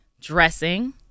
dressing